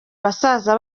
basaza